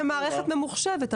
זאת מערכת ממוחשבת.